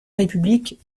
république